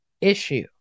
issue